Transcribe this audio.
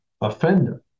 offender